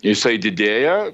jisai didėja